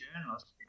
journalists